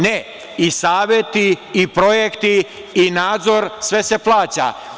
Ne, i saveti i projekti i nadzor, sve se plaća.